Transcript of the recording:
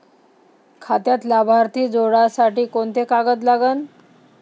खात्यात लाभार्थी जोडासाठी कोंते कागद लागन?